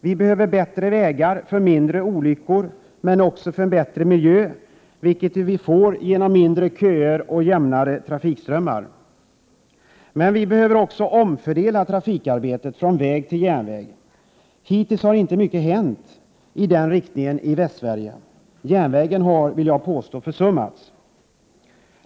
Vi behöver bättre vägar för att det skall bli mindre olyckor och för att vi skall få en bättre miljö, vilket vi får genom mindre köer och jämnare trafikströmmar. Men vi behöver också omfördela trafik från väg till järnväg. Hittills har inte mycket hänt i den riktningen i Västsverige. Järnvägen har, vill jag påstå, försummats.